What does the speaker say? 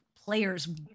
players